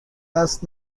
قصد